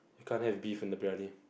you can't have beef in the Briyani